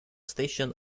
station